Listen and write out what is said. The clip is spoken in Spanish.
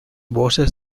voces